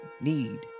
need